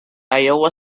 iowa